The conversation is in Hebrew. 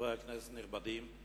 חברי הכנסת הנכבדים,